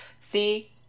See